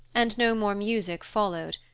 and no more music followed,